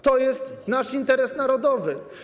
To jest nasz interes narodowy.